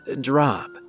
drop